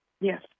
Yes